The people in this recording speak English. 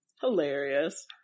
hilarious